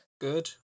Good